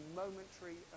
momentary